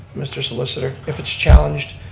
mr. solicitor, if it's challenged,